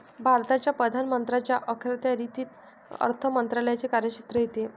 भारताच्या पंतप्रधानांच्या अखत्यारीत अर्थ मंत्रालयाचे कार्यक्षेत्र येते